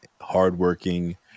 hardworking